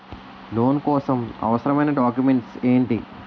Loan కోసం అవసరమైన documents ఎంటి?